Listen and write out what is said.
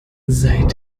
seit